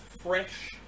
fresh